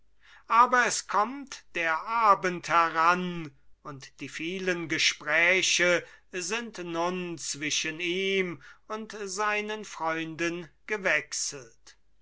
aber es kommt der abend heran und die vielen gespräche sind nun zwischen ihm und seinen freunden gewechselt